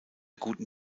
guten